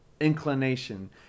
inclination